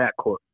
backcourt